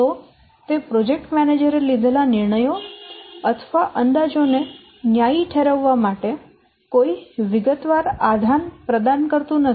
તો તે પ્રોજેક્ટ મેનેજરે લીધેલા નિર્ણયો અથવા અંદાજો ને ન્યાયી ઠેરવવા માટે કોઈ વિગતવાર આધાર પ્રદાન કરતું નથી